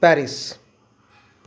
Paris